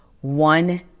one